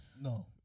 No